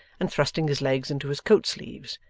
and thrusting his legs into his coat sleeves,